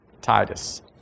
Titus